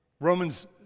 Romans